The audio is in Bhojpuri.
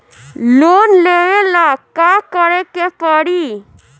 लोन लेवे ला का करे के पड़ी?